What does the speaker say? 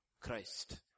Christ